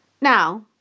Now